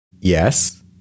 Yes